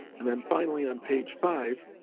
and then finally on page five,